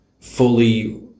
fully